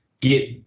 get